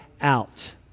out